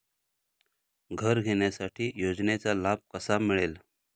घर घेण्यासाठी योजनेचा लाभ कसा मिळेल?